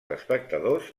espectadors